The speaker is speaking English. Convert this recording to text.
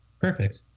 Perfect